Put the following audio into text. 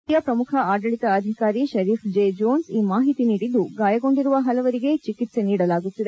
ಅಲ್ಲಿಯ ಪ್ರಮುಖ ಆಡಳಿತ ಅಧಿಕಾರಿ ಶರೀಫ್ ಜೇ ಜೋನ್ಸ್ ಈ ಮಾಹಿತಿ ನೀಡಿದ್ದು ಗಾಯಗೊಂಡಿರುವ ಪಲವರಿಗೆ ಚಿಕಿಕ್ಸೆ ನೀಡಲಾಗುತ್ತಿದೆ